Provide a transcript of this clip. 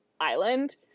island